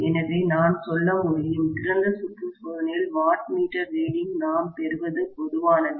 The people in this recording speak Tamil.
எனவே நான் சொல்ல முடியும் திறந்த சுற்று சோதனையில் வாட்மீட்டர் ரீடிங் நாம் பெறுவது பொதுவானது